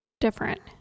different